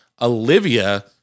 Olivia